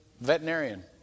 veterinarian